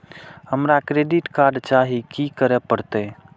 हमरा credit card चाही की करे परतै?